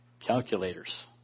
calculators